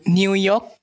New York